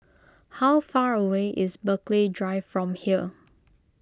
how far away is Burghley Drive from here